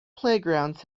playgrounds